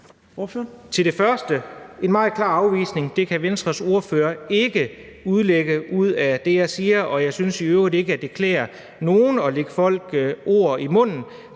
Til det første: en meget klar afvisning. Sådan kan Venstres ordfører ikke udlægge det, jeg siger, og jeg synes i øvrigt ikke, at det klæder nogen at lægge folk ord i munden.